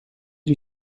die